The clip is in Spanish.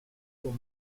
con